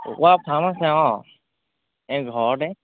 কুকুৰা ফাৰ্ম আছে অঁ এই ঘৰতে